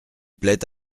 plaît